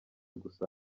gusa